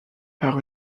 par